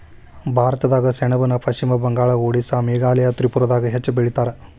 ಭಾರತದಾಗ ಸೆಣಬನ ಪಶ್ಚಿಮ ಬಂಗಾಳ, ಓಡಿಸ್ಸಾ ಮೇಘಾಲಯ ತ್ರಿಪುರಾದಾಗ ಹೆಚ್ಚ ಬೆಳಿತಾರ